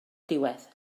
diwedd